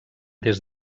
des